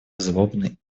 злобный